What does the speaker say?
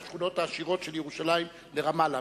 מהשכונות העשירות של ירושלים לרמאללה,